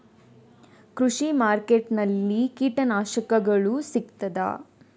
ಕೃಷಿಮಾರ್ಕೆಟ್ ನಲ್ಲಿ ಕೀಟನಾಶಕಗಳು ಸಿಗ್ತದಾ?